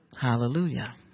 Hallelujah